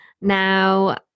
now